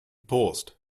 paused